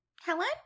Helen